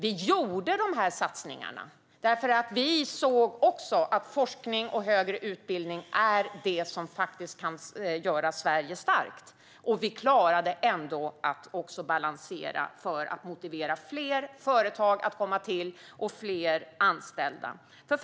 Vi gjorde dessa satsningar därför att vi såg att forskning och högre utbildning är det som kan göra Sverige starkt. Och vi klarade ändå att balansera för att motivera fler företag att bli till och anställa fler.